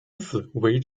子为